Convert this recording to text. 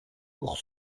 pour